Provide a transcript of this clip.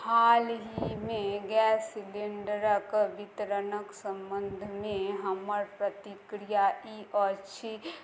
हालहिमे गैस सिलेंडरक वितरणक संबंधमे हमर प्रतिक्रिया ई अछि